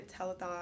telethon